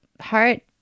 heart